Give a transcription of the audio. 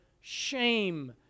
shame